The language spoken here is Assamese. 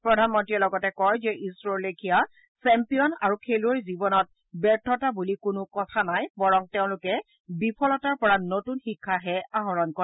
প্ৰধানমন্ত্ৰীয়ে লগতে কয় যে ইছৰৰ লেখীয়া চেম্পিয়ন আৰু খেলুৱৈৰ জীৱনত ব্যৰ্থতা বুলি কোনো কথা নাই বৰং তেওঁলোকে বিফলতাৰ পৰা নতুন শিক্ষাহে আহৰণ কৰে